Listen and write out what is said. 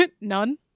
none